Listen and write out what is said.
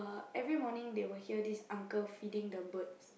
every morning they will hear this uncle feeding the birds